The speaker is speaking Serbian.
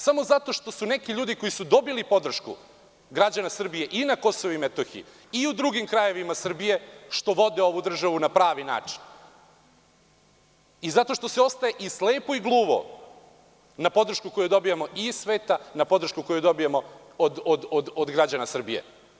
Samo zato što neki ljudi koji su dobili podršku građana Srbije i na Kosovu i Metohiji i u drugim krajevima Srbije vode ovu državu na pravi način i zato što se ostaje i slepo i gluvo na podršku koju dobijamo iz sveta, na podršku koju dobijamo od građana Srbije.